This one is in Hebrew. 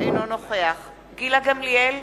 אינו נוכח גילה גמליאל,